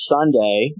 Sunday